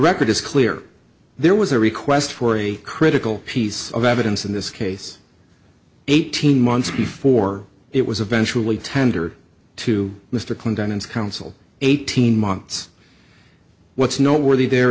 record is clear there was a request for a critical piece of evidence in this case eighteen months before it was eventually tender to mr clinton's counsel eighteen months what's noteworthy there